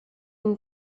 une